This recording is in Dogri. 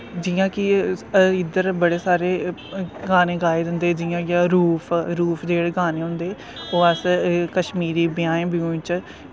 जियां की इध्दर बड़े सारे गाने गाए जंदे जियां होइया रोऊफ रोऊफ जेह्ड़े गाने होंदे ओह् अस कश्मीरी ब्याहें ब्यूहें च